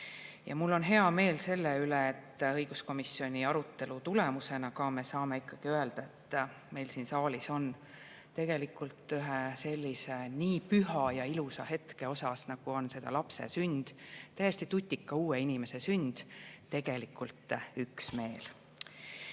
Ja mul on hea meel selle üle, et õiguskomisjoni arutelu tulemusena me saame ikkagi öelda, et meil siin saalis on ühe sellise püha ja ilusa hetke suhtes, nagu seda on lapse sünd, täiesti tutika, uue inimese sünd, tegelikult üksmeel. Alustan